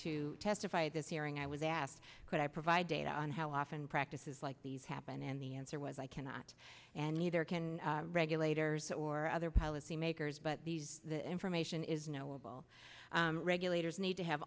to testify at this hearing i was asked could i provide data on how often practices like these happen and the answer was i cannot and neither can regulators or other policymakers but these the information is knowable regulators need to have